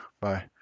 Bye